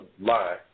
lie